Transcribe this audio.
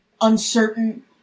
uncertain